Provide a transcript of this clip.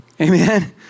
amen